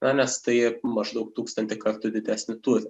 na nes tai maždaug tūkstantį kartų didesnį tūrį